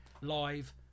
live